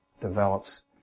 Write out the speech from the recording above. develops